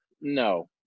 No